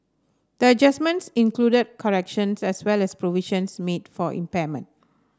the adjustments included corrections as well as provisions made for impairment